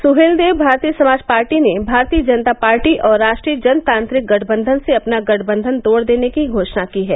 Suheldev Bharatiya Samaj party ने Bharatiya Janata party और राष्ट्रीय जनतांत्रिक गठबंधन से अपना गठबंधन तोड़ देने की घोषणा की है